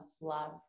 love